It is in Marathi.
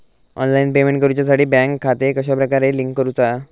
ऑनलाइन पेमेंट करुच्याखाती बँक खाते कश्या प्रकारे लिंक करुचा?